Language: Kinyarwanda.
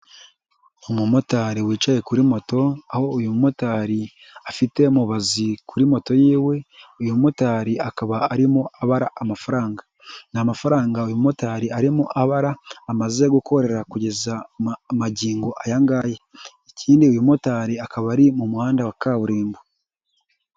Umumotari wicaye kuri moto aho uyu mumotari afite mubazi kuri moto y'iwe, uyu mumotari akaba arimo abara amafaranga. Ni amafaranga uyu mumotari arimo abara amaze gukorera kugeza magingo aya ngaya. Ikindi uyu mumotari akaba ari mu muhanda wa kaburimbo.